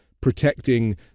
protecting